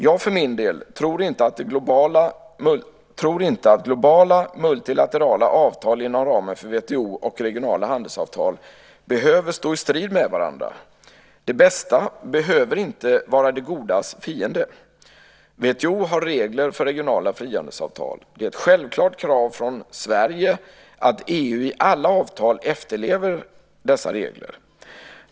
Jag för min del tror inte att globala, multilaterala avtal inom ramen för WTO och regionala handelsavtal behöver stå i strid med varandra. Det bästa behöver inte vara det godas fiende. WTO har regler för regionala frihandelsavtal. Det är ett självklart krav från Sverige att EU i alla avtal efterlever dessa regler.